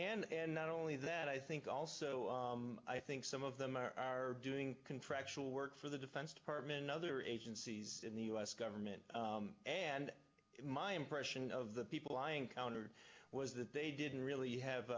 and not only that i think also i think some of them are doing contractual work for the defense department and other agencies in the u s government and my impression of the people i encounter was that they didn't really have